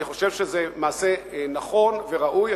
אני חושב שזה מעשה נכון וראוי.